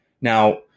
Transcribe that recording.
Now